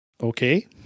Okay